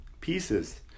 pieces